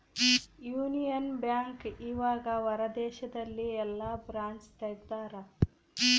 Union Bank ಇವಗ ಹೊರ ದೇಶದಲ್ಲಿ ಯೆಲ್ಲ ಬ್ರಾಂಚ್ ತೆಗ್ದಾರ